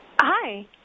Hi